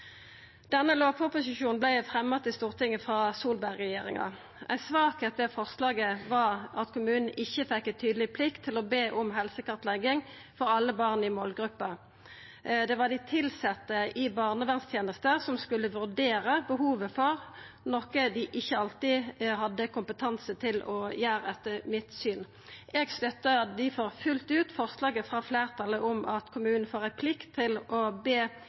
Denne lovproposisjonen vart fremja i Stortinget av Solberg-regjeringa. Ei svakheit ved forslaget var at kommunane ikkje fekk ei tydeleg plikt til å be om helsekartlegging for alle barn i målgruppa. Det var dei tilsette i barnevernstenesta som skulle vurdera behovet for noko dei etter mitt syn ikkje alltid hadde kompetanse til å gjera. Eg støttar difor fullt ut forslaget frå fleirtalet om at kommunane får ei plikt til å be